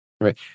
Right